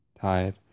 tired